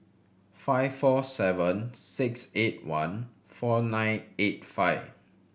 five four seven six eight one four nine eight five